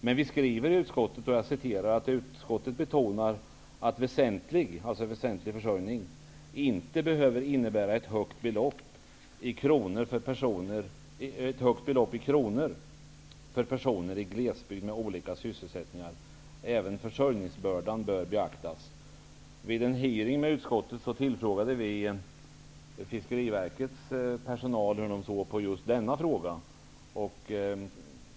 Men utskottet skriver: utskottet betonar att väsentlig försörjning inte behöver innebära ett högt belopp i kronor för personer i glesbygd med olika sysselsättningar. Även försörjningsbördan bör beaktas. Vid en hearing med utskottet frågade vi fiskeriverkets personal hur de såg på denna fråga.